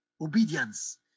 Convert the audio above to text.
obedience